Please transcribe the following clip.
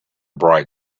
bright